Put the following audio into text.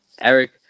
Eric